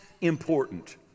important